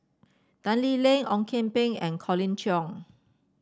Tan Lee Leng Ong Kian Peng and Colin Cheong